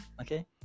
okay